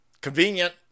Convenient